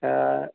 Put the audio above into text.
ಅ